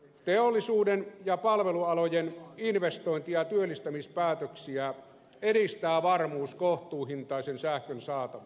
teollisuuden ja palvelualojen investointi ja työllistämispäätöksiä edistää varmuus kohtuuhintaisen sähkön saatavuudesta